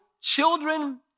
children